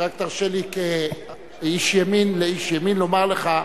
רק תרשה לי כאיש ימין לאיש ימין לומר לך,